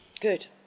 good